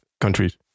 countries